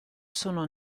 sono